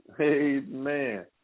Amen